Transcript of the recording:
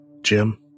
Jim